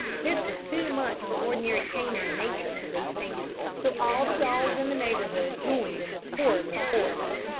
this was too much for ordinary canine nature to withstand, so all the dogs in the neighbourhood joined in the horrible chorus.